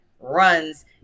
runs